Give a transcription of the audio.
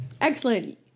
Excellent